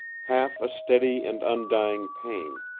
half a steady and undying pain,